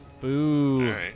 Boo